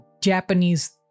Japanese